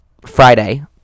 Friday